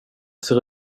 ser